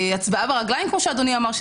הצבעה ברגליים כפי שאדוני אמר,